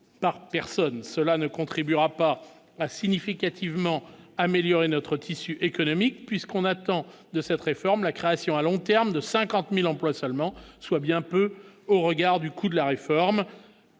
par personne, cela ne contribuera pas à significativement amélioré notre tissu économique puisqu'on attend de cette réforme : la création à long terme de 50000 emplois seulement soit bien peu au regard du coût de la réforme